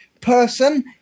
person